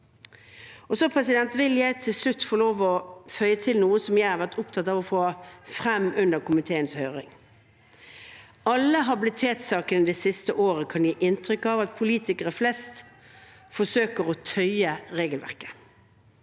Til slutt vil jeg få lov til å føye til noe jeg har vært opptatt av å få frem under komiteens høring. Alle habilitetssakene det siste året kan gi inntrykk av at politikere flest forsøker å tøye regelverket.